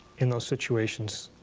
in those situations,